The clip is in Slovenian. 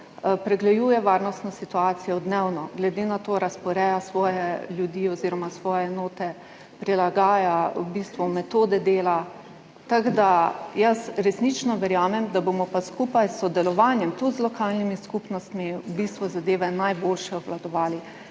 pregleduje varnostno situacijo dnevno, glede na to razporeja svoje ljudi oziroma svoje enote, prilagaja v bistvu metode dela, tako da resnično verjamem, da bomo pa skupaj s sodelovanjem tudi z lokalnimi skupnostmi v bistvu zadeve najboljše obvladovali.